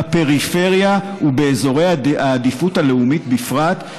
בפריפריה ובאזורי העדיפות הלאומית בפרט,